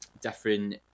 different